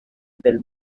del